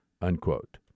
unquote